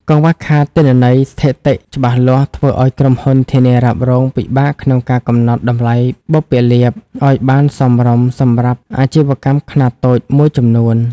កង្វះខាតទិន្នន័យស្ថិតិច្បាស់លាស់ ធ្វើឱ្យក្រុមហ៊ុនធានារ៉ាប់រងពិបាកក្នុងការកំណត់តម្លៃបុព្វលាភ ឱ្យបានសមរម្យសម្រាប់អាជីវកម្មខ្នាតតូចមួយចំនួន។